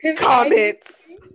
comments